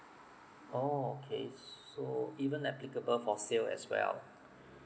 oh okay so even applicable for sale as well